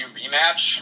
rematch